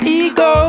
ego